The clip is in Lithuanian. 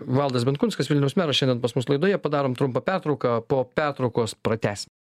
valdas benkunskas vilniaus meras šiandien pas mus laidoje padarom trumpąpertrauką po pertraukos pratęsim